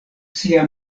sia